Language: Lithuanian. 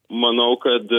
manau kad